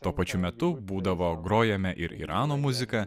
tuo pačiu metu būdavo grojame ir irano muziką